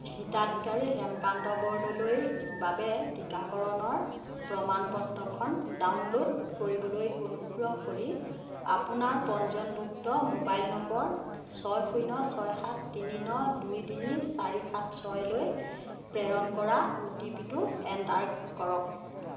হিতাধিকাৰী হেমকান্ত বৰদলৈৰ বাবে টীকাকৰণৰ প্ৰমাণপত্ৰখন ডাউনলোড কৰিবলৈ অনুগ্ৰহ কৰি আপোনাৰ পঞ্জীয়নভুক্ত মোবাইল নম্বৰ ছয় শূন্য ছয় সাত তিনি ন দুই তিনি চাৰি সাত ছয়লৈ প্ৰেৰণ কৰা অ' টি পি টো এণ্টাৰ কৰক